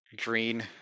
green